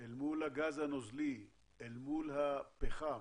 אל מול הגז הנוזלי אל מול הפחם,